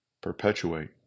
perpetuate